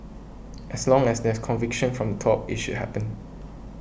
as long as there's conviction from the top it should happen